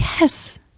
Yes